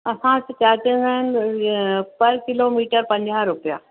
असां वटि चार्जिस आहिनि इअं पर किलोमीटर पंजाह रुपिया